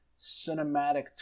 cinematic